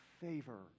favor